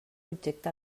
objecte